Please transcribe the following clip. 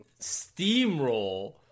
steamroll